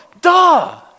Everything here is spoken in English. Duh